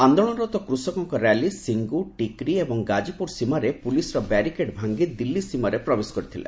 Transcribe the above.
ଆନ୍ଦୋଳନରତ କୃଷକଙ୍କ ର୍ୟାଲି ସିଙ୍ଗୁ ଟିକ୍ରି ଏବଂ ଗାଜିପୁର ସୀମାରେ ପୁଲିସର ବ୍ୟାରିକେଡ୍ ଭାଙ୍ଗି ଦିଲ୍ଲୀ ସୀମାରେ ପ୍ରବେଶ କରିଥିଲେ